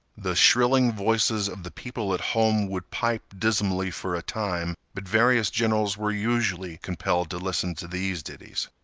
the shrilling voices of the people at home would pipe dismally for a time, but various generals were usually compelled to listen to these ditties.